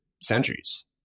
centuries